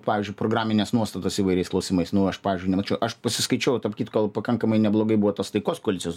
pavyzdžiui programinės nuostatos įvairiais klausimais nu aš pavyzdžiui nemačiau aš pasiskaičiau tarp kitko pakankamai neblogai buvo tos taikos koalicijos